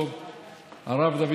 עליך לא.